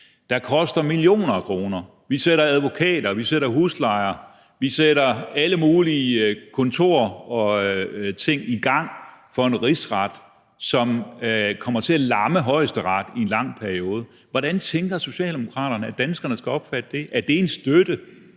der koster millioner af kroner? Vi sætter advokater, vi sætter huslejer, vi sætter alle mulige kontorer og ting i gang for en rigsret, som kommer til at lamme Højesteret i en lang periode. Hvordan tænker Socialdemokraterne at danskerne skal opfatte det? Er det en støtte